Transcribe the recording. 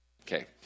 Okay